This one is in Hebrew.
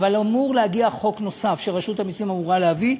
אבל אמור להגיע חוק נוסף שרשות המסים אמורה להביא,